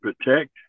protect